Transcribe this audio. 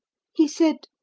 he said,